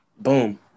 boom